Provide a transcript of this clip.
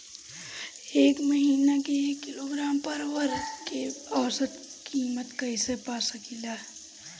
एक महिना के एक किलोग्राम परवल के औसत किमत कइसे पा सकिला?